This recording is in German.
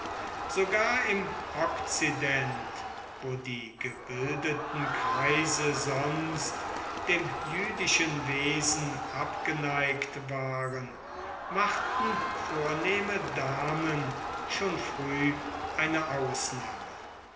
sogar im okzident wo die gebildeten kreise sonst dem jüdischen wesen abgeneigt waren machten vornehme damen schon früh eine ausnahme